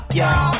y'all